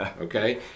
okay